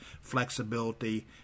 flexibility